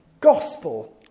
Gospel